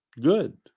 good